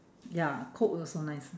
ya cook also nice ah